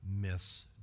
miss